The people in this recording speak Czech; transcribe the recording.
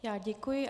Já děkuji.